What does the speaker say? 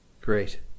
great